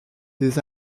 des